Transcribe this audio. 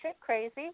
crazy